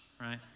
right